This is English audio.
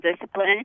discipline